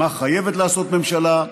מה חייבת לעשות ממשלה,